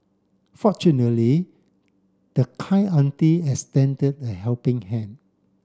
fortunately the kind auntie extended a helping hand